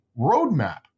roadmap